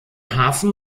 hafen